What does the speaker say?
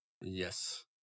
Yes